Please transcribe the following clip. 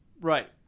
Right